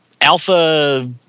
Alpha